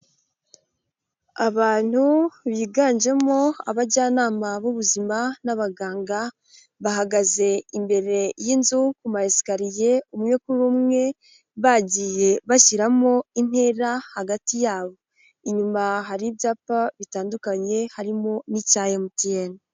Abantu biganjemo abajyanama b'ubuzima n'abaganga, bahagaze imbere y'inzu ku mayesikariye umwe kuri umwe bagiye bashyiramo intera hagati yabo, inyuma hari ibyapa bitandukanye harimo n'icya MTN.